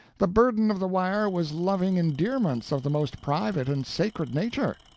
the burden of the wire was loving endearments of the most private and sacred nature?